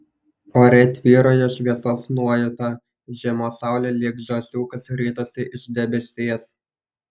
ore tvyrojo šviesos nuojauta žiemos saulė lyg žąsiukas ritosi iš debesies